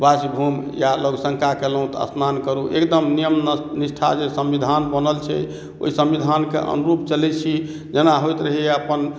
bathroom या लघुशंका केलहुॅं तऽ स्नान करू एकदम नियम निष्ठा जे संविधान बनल छै ओहि संविधान के अनुरूप चलै छी जेना होयत रहैया अपन